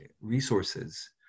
resources